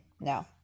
no